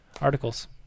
articles